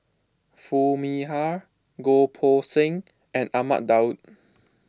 Foo Mee Har Goh Poh Seng and Ahmad Daud